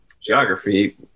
geography